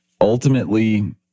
Ultimately